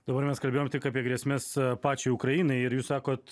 dabar mes kalbėjom tik apie grėsmes pačiai ukrainai ir jūs sakot